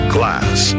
Class